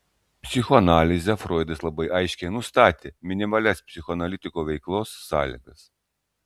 psichoanalize froidas labai aiškiai nustatė minimalias psichoanalitiko veiklos sąlygas